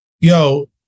Yo